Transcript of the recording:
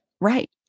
Right